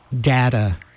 data